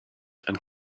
and